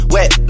Wet